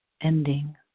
ending